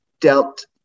dealt